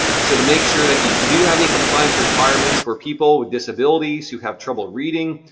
so to make sure that if you do have any compliance requirements for people with disabilities who have trouble reading,